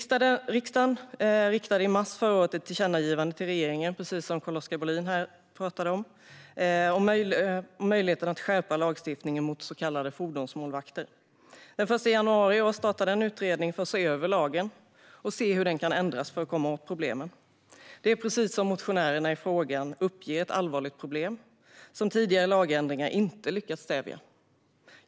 Som Carl-Oskar Bohlin nämnde riktade riksdagen i mars förra året ett tillkännagivande till regeringen om att se över möjligheten att skärpa lagstiftningen mot så kallade fordonsmålvakter. Den 1 februari i år startade en utredning för att se över lagen och se hur den kan ändras för att komma åt problemet. Precis som motionärerna i frågan uppger är detta ett allvarligt problem som tidigare lagändringar inte har lyckats stävja.